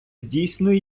здійснює